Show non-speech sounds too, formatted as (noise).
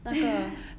(noise)